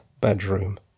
bedroom